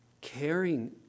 caring